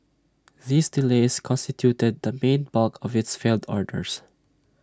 these delays constituted the main bulk of its failed orders